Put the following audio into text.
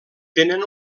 tenen